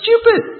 stupid